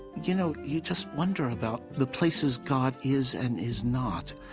you know, you just wonder about the places god is and is not.